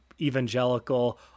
evangelical